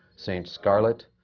st. scarlet,